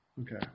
Okay